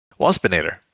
Waspinator